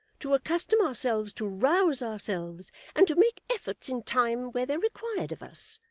to accustom ourselves to rouse ourselves, and to make efforts in time where they're required of us.